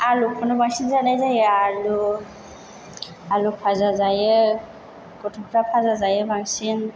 आलुखौनो बांसिन जानाय जायो आलु आलु फाजा जायो गथ'फ्रा फाजा जायो बांसिन